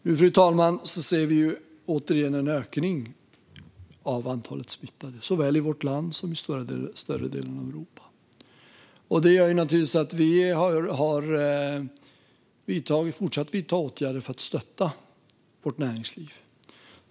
Nu, fru talman, ser vi återigen en ökning av antalet smittade, såväl i vårt land som i större delen av Europa. Detta gör naturligtvis att vi har fortsatt vidta åtgärder för att stötta vårt näringsliv.